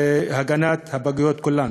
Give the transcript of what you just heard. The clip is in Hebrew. להגנת הפגיות כולן.